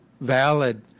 valid